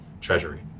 treasury